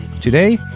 Today